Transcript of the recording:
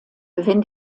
wenn